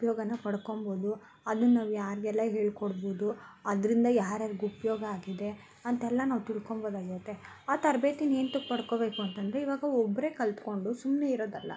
ಉಪಯೋಗನ ಪಡ್ಕೊಬೋದು ಅದನ್ನ ನಾವು ಯಾರಿಗೆಲ್ಲ ಹೇಳ್ಕೊಡ್ಬೋದು ಅದರಿಂದ ಯಾರ್ಯಾರ್ಗೆ ಉಪಯೋಗ ಆಗಿದೆ ಅಂತೆಲ್ಲ ನಾವು ತಿಳ್ಕೊಮ್ಬೋದಾಗಿರುತ್ತೆ ಆ ತರಬೇತಿನ ಏನ್ತಕ್ಕೆ ಪಡ್ಕೋಬೇಕು ಅಂತಂದರೆ ಈವಾಗ ಒಬ್ಬರೇ ಕಲ್ತ್ಕೊಂಡು ಸುಮ್ಮನೆ ಇರೋದಲ್ಲ